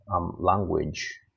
language